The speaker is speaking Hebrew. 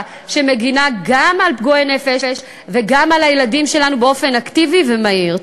שמגינה גם על פגועי נפש וגם על הילדים שלנו באופן אקטיבי ומהיר.